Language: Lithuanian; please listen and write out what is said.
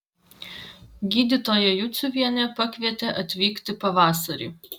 gydytoja juciuvienė pakvietė atvykti pavasarį